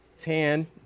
tan